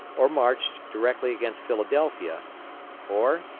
or marched directly against philadelphia or,